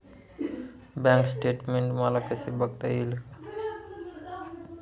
Bank statement मला कसे बघता येईल?